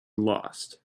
lost